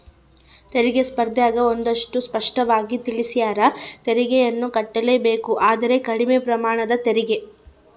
ತೆರಿಗೆ ಸ್ಪರ್ದ್ಯಗ ಒಂದಷ್ಟು ಸ್ಪಷ್ಟವಾಗಿ ತಿಳಿಸ್ಯಾರ, ತೆರಿಗೆಯನ್ನು ಕಟ್ಟಲೇಬೇಕು ಆದರೆ ಕಡಿಮೆ ಪ್ರಮಾಣದ ತೆರಿಗೆ